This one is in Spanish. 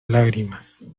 lágrimas